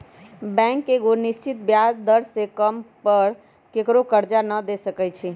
bank एगो निश्चित ब्याज दर से कम पर केकरो करजा न दे सकै छइ